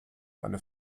eine